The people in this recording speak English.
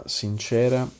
sincera